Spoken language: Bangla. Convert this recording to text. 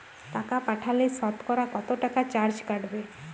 টাকা পাঠালে সতকরা কত টাকা চার্জ কাটবে?